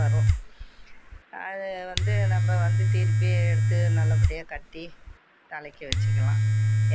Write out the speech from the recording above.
வரும் அது வந்து நம்ம வந்து திருப்பி எடுத்து நல்லபடியாக கட்டி தலைக்கு வச்சிக்கலாம்